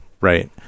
Right